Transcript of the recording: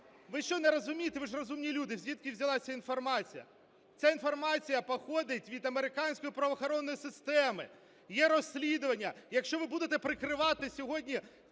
Ви що не розумієте, ви ж розумні люди, звідки взялася ця інформація? Ця інформація походить від американської правоохоронної системи, є розслідування. Якщо ви будете прикривати сьогодні